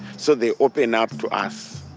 so they open up to us.